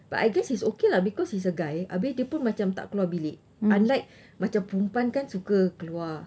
but I guess it's okay lah because he's a guy abeh dia pun macam tak keluar bilik unlike macam perempuan kan suka keluar